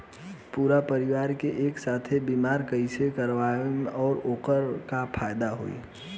पूरा परिवार के एके साथे बीमा कईसे करवाएम और ओकर का फायदा होई?